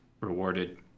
rewarded